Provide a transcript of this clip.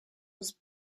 was